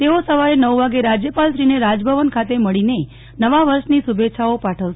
તેઓ સવારે નવ વાગે રાજ્યપાલશ્રીને રાજભવન ખાતે મળીને નવા વર્ષની શુભેચ્છાઓ પાઠવશે